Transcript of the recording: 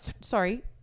sorry